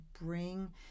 bring